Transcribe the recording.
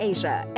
Asia